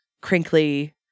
crinkly